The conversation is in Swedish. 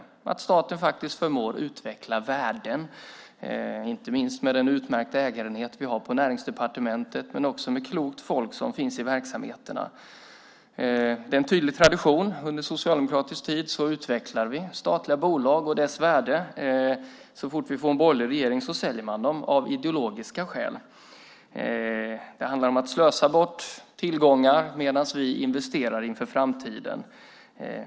Staten förmår faktiskt utveckla värden, inte minst med den utmärkta ägarenhet som finns på Näringsdepartementet men också med klokt folk som finns i verksamheterna. Det finns en tydlig tradition. Under socialdemokratisk tid utvecklades statliga bolag och deras värde. Så fort det blir en borgerlig regering säljs de av ideologiska skäl. Det handlar om att slösa bort tillgångar medan vi investerar inför framtiden.